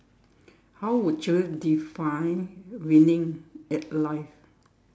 how would you define winning at life